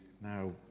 now